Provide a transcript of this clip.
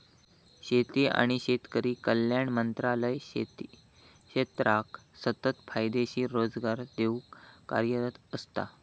शेती आणि शेतकरी कल्याण मंत्रालय शेती क्षेत्राक सतत फायदेशीर रोजगार देऊक कार्यरत असता